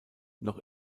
noch